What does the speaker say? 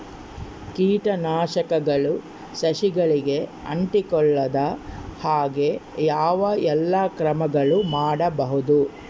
ಕೇಟನಾಶಕಗಳು ಸಸಿಗಳಿಗೆ ಅಂಟಿಕೊಳ್ಳದ ಹಾಗೆ ಯಾವ ಎಲ್ಲಾ ಕ್ರಮಗಳು ಮಾಡಬಹುದು?